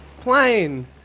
plane